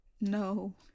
No